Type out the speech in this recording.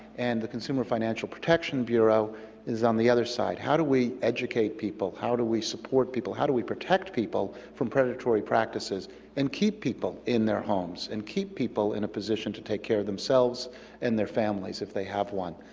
and the consumer financial protection bureau is on the other side, how do we educate people, how do we support people, how do we protect people from predatory practices and keep people in their homes and keep people in a position to take care of themselves and their families if they have one.